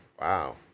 Wow